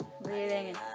Breathing